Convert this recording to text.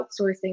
outsourcing